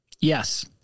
Yes